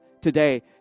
today